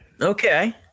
Okay